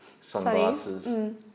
sunglasses